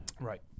Right